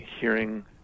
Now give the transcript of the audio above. hearing